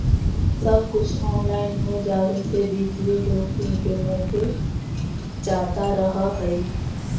सब कुछ ऑनलाइन हो जावे से वित्तीय जोखिम के मोके जादा रहअ हई